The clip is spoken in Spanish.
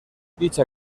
dicha